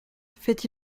fait